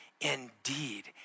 indeed